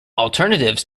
alternatives